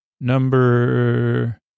number